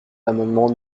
l’amendement